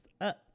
up